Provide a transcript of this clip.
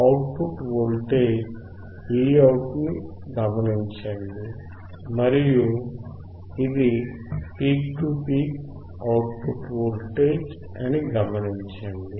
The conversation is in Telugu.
అవుట్ పుట్ వోల్టేజ్ Vout ని గమనించండి మరియు ఇది peak to peak output voltage అని గమనించండి